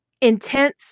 intense